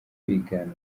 kwigana